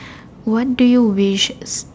what do you wish